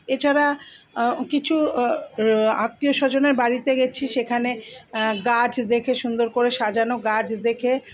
এছাড়া কিছু আত্মীয় স্বজনের বাড়িতে গেছি সেখানে গাছ দেখে সুন্দর করে সাজানো গাছ দেখে